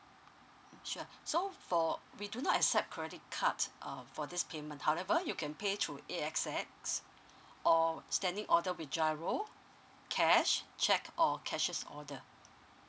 mm sure so for we do not accept credit card uh for this payment however you can pay through A_X_S or standing order with GIRO cash cheque or cashier's order